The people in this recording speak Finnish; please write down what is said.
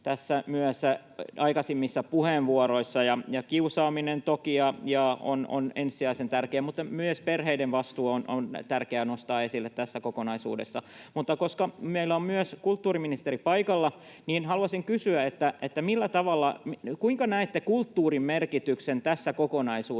esille myös aikaisemmissa puheenvuoroissa. Kiusaaminen toki on ensisijaisen tärkeä haaste, mutta myös perheiden vastuu on tärkeää nostaa esille tässä kokonaisuudessa. Mutta koska meillä on myös kulttuuriministeri paikalla, niin haluaisin kysyä: kuinka näette kulttuurin merkityksen tässä kokonaisuudessa